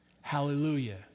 Hallelujah